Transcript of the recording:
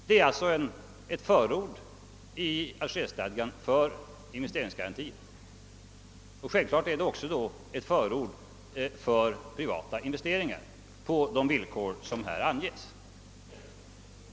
Det är alltså ett förord i Algerstadgan för investeringsgarantier. Naturligtvis är det då också ett förord för privata investeringar på de villkor som anges.